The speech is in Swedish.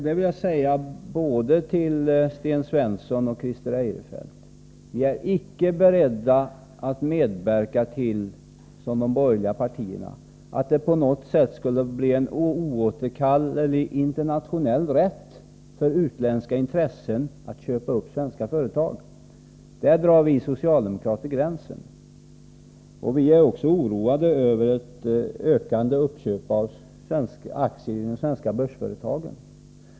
Jag vill säga både till Sten Svensson och till Christer Eirefelt att vi icke är beredda att medverka till, vilket de borgerhga partierna vill, att det på något sätt skulle bli en oåterkallelig internationell rätt för utländska intressen att köpa svenska företag — där drar vi socialdemokrater gränsen. Vi är också oroade över ett ökande uppköp av svenska aktier i de svenska börsföretagen.